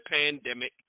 pandemic